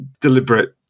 deliberate